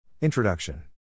Introduction